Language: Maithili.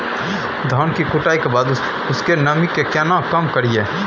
धान की कटाई के बाद उसके नमी के केना कम करियै?